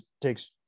takes